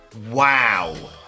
Wow